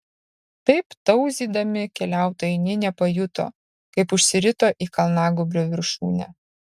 taip tauzydami keliautojai nė nepajuto kaip užsirito į kalnagūbrio viršūnę